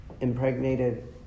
Impregnated